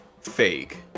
fake